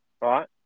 Right